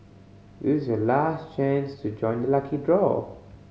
this is your last chance to join the lucky draw